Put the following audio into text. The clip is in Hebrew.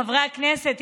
חברי הכנסת,